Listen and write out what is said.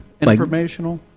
Informational